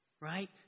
right